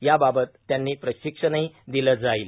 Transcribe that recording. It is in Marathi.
याबाबत त्यांना प्रशिक्षणही दिलं जाईल